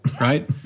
right